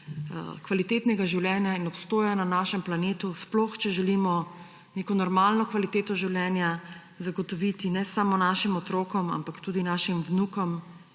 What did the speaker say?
kvalitetnega življenja in obstoja na našem planetu, sploh če želimo neko normalno kvaliteto življenja zagotoviti ne samo našim otrokom, ampak tudi našim vnukom